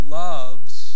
loves